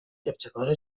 ابتکار